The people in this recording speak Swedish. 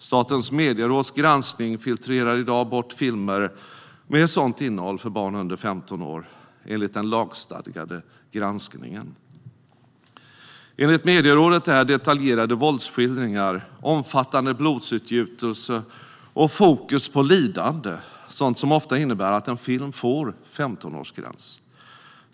Statens medieråds granskning filtrerar i dag bort filmer med sådant innehåll för barn under femton år, enligt den lagstadgade granskningen. Enligt Medierådet är detaljerade våldsskildringar, omfattande blodsutgjutelse och fokus på lidande sådant som ofta innebär att en film får femtonårsgräns.